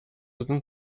sind